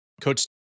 Coach